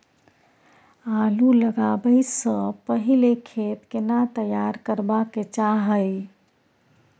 आलू लगाबै स पहिले खेत केना तैयार करबा के चाहय?